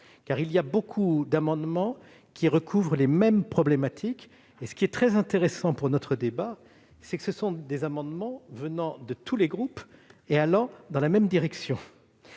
instruction. Beaucoup d'amendements recouvrent les mêmes problématiques. Ce qui est très intéressant pour notre débat, c'est que ces amendements proviennent de tous les groupes et qu'ils vont dans la même direction.